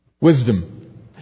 Wisdom